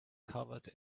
covered